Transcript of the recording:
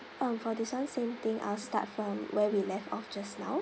um for this [one] same thing I'll start from where we left off just now